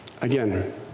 Again